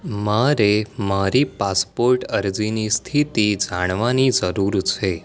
મારે મારી પાસપોર્ટ અરજીની સ્થિતિ જાણવાની જરૂર છે